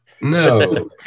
No